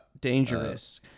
dangerous